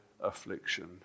affliction